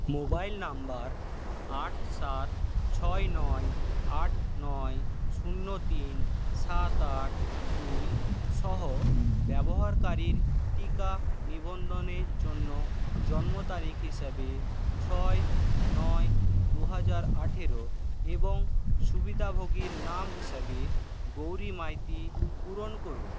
mobile number আট সাত ছয় নয় আট নয় শূন্য তিন সাত আট দুই সহ ব্যবহারকারীর টিকা নিবন্ধনের জন্য জন্ম তারিখ হিসাবে ছয় নয় দু হাজার আঠেরো এবং সুবিধাভোগীর নাম হিসাবে গৌরী মাইতি পূরণ করুন